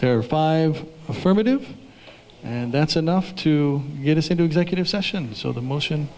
there five affirmative and that's enough to get us into executive session so the motion